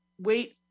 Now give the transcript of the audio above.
wait